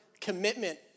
commitment